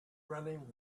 running